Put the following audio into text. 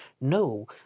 No